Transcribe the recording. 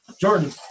Jordan